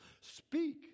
Speak